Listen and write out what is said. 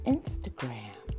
Instagram